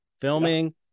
filming